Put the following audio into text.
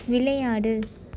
விளையாடு